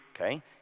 okay